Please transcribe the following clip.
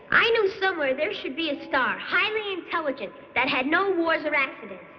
i knew somewhere, there should be a star highly intelligent, that had no wars or accidents.